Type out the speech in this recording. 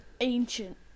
Ancient